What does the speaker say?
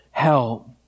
Help